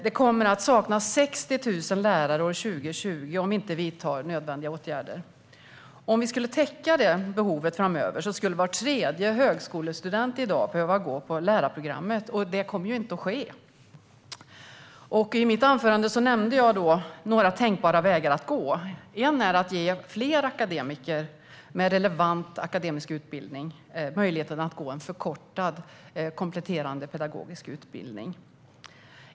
Det kommer att saknas 60 000 lärare år 2020 om vi inte vidtar nödvändiga åtgärder. Om vi skulle täcka det behovet framöver skulle var tredje högskolestudent i dag behöva gå på lärarprogrammet. Det kommer inte att ske. I mitt anförande nämnde jag några tänkbara vägar att gå. En är att ge fler akademiker med relevant akademisk utbildning möjligheten att gå en förkortad kompletterande pedagogisk utbildning.